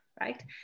right